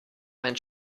mein